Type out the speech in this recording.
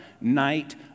night